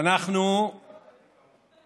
אבל הוא לא קומוניסט.